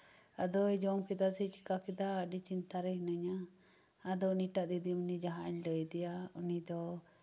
ᱟᱫᱚᱭ ᱡᱚᱢ ᱠᱮᱫᱟ ᱥᱮ ᱪᱤᱠᱟᱹ ᱠᱮᱫᱟᱭ ᱟᱹᱰᱤ ᱪᱤᱱᱛᱟᱹ ᱨᱮ ᱦᱤᱱᱟᱹᱧᱟ ᱟᱫᱚ ᱩᱱᱤᱴᱟᱜ ᱫᱤᱫᱤᱢᱚᱱᱤ ᱡᱟᱦᱟᱸᱭ ᱤᱧ ᱞᱟᱹᱭ ᱟᱫᱮᱭᱟ ᱩᱱᱤ ᱫᱚ